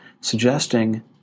suggesting